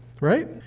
right